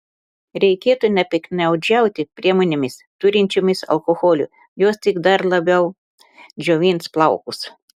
reikėtų nepiktnaudžiauti priemonėmis turinčiomis alkoholio jos tik dar labiau džiovins plaukus